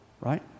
right